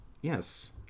yes